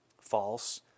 False